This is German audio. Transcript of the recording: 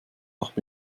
nach